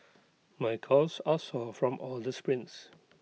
my calves are sore from all the sprints